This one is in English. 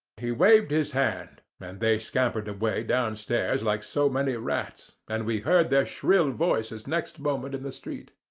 he waved his hand, and they scampered away downstairs like so many ah rats, and we heard their shrill voices next moment in the street.